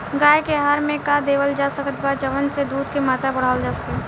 गाय के आहार मे का देवल जा सकत बा जवन से दूध के मात्रा बढ़ावल जा सके?